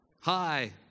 Hi